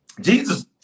Jesus